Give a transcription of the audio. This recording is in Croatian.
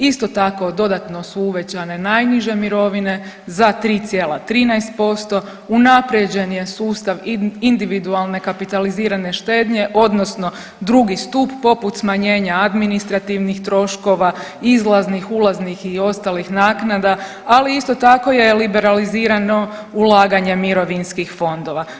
Isto tako, dodatno su uvećane najniže mirovine za 3,13%, unaprijeđen je sustav individualne kapitalizirane štednje odnosno 2. stup, poput smanjenja administrativnih troškova, izlaznih, ulaznih i ostalih naknada, ali isto tako je liberalizirano ulaganje mirovinskih fondova.